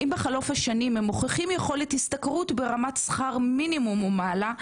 אם בחלוף השנים הם מוכיחים יכולת השתכרות ברמת מינימום ומעלה,